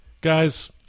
Guys